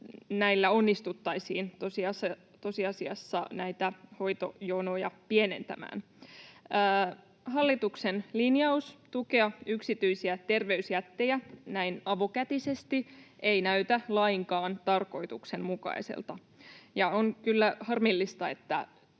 näillä onnistuttaisiin tosiasiassa näitä hoitojonoja pienentämään. Hallituksen linjaus tukea yksityisiä terveysjättejä näin avokätisesti ei näytä lainkaan tarkoituksenmukaiselta, ja on kyllä harmillista, että